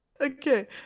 Okay